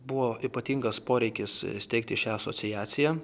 buvo ypatingas poreikis steigti šią asociaciją